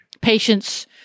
patients